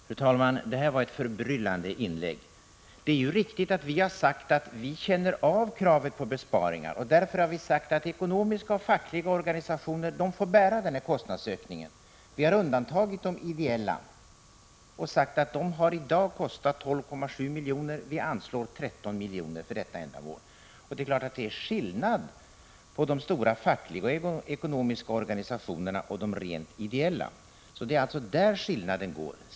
Fru talman! Statsrådets inlägg var förbryllande. Vi har mycket riktigt sagt att vi känner av kravet på besparingar. Vi har därför sagt att ekonomiska och fackliga organisationer själva får bära kostnadsökningen. Vi har undantagit de ideella organisationerna och sagt att dessa i dag kostar samhället 12,7 miljoner. Vi föreslår 13 miljoner för detta ändamål. Det är klart att det är skillnad på de stora fackliga organisationerna och de rent ideella. Det är alltså där skillnaden ligger.